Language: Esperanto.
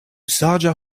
saĝa